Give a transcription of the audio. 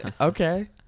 Okay